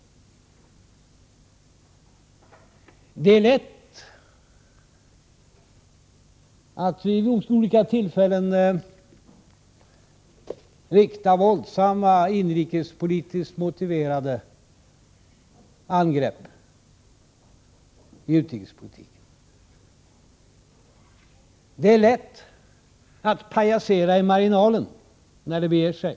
Det är lätt att vid olika tillfällen rikta våldsamma inrikespolitiskt motiverade angrepp i utrikespolitiken. Det är lätt att pajasera i marginalen, när det beger sig.